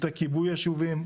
צוותי כיבוי ישוביים.